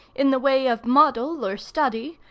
in the way of model or study,